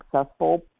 successful